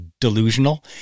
delusional